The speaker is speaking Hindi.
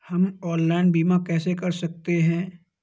हम ऑनलाइन बीमा कैसे कर सकते हैं?